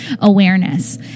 awareness